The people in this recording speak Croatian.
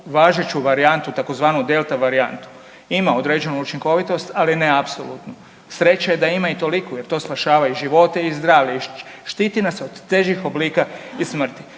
važeću varijantu tzv. delta varijantu, ima određenu učinkovitost, ali ne apsolutnu. Sreća je da ima i toliku jer to spašava i živote i zdravlje i štiti nas od težih oblika i smrti.